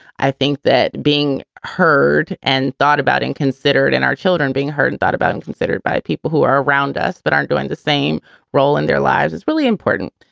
i think that being heard and thought about and considered and our children being heard and thought about and considered by people who are around us but aren't doing the same role in their lives is really important.